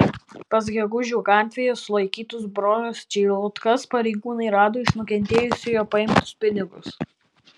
pas gegužių gatvėje sulaikytus brolius čeilutkas pareigūnai rado iš nukentėjusiojo paimtus pinigus